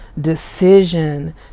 decision